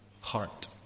heart